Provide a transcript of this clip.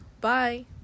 bye